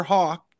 Hawk